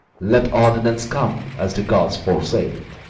let ordinance come as the gods foresay